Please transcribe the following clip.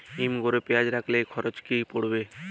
হিম ঘরে পেঁয়াজ রাখলে খরচ কি পড়বে?